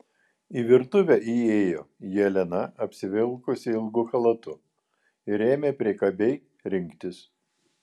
į virtuvę įėjo jelena apsivilkusi ilgu chalatu ir ėmė priekabiai rinktis